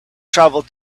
travel